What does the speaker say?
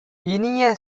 இனிய